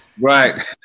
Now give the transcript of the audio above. right